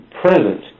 present